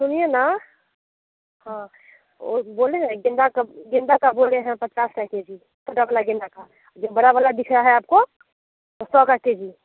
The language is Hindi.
सुनिए न हाँ बोले हैं गेंदा का गेंदा का बोले हैं पचास का के जी छोटा वला गेंदा का जो बड़ा वाला दिख रहा है आपको वो सौ का के जी है